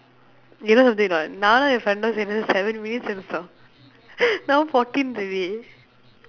you know something or not now the final sentence seven minutes then stop now fourteen already